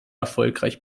erfolgreich